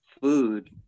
Food